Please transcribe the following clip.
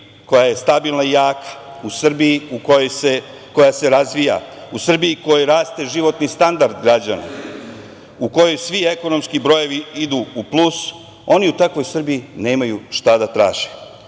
koja je stabilna i jaka, u Srbiji koja se razvija, u Srbiji u kojoj raste životni standard građana, u kojoj svi ekonomski brojevi idu plus, oni u takvoj Srbiji nemaju šta da traže.